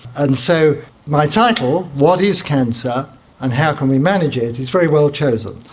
and so my title what is cancer and how can we manage it? is very well chosen,